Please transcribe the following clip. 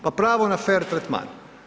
Pa pravo na fer tretman.